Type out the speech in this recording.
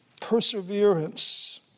perseverance